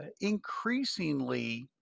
increasingly